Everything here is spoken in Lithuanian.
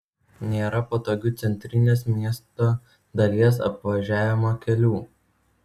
nėra patogių centrinės miesto dalies apvažiavimo kelių